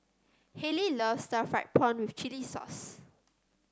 Halie loves Stir Fried Prawn with Chili Sauce